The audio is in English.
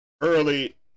early